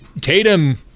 Tatum